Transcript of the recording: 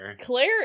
Claire